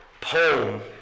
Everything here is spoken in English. poem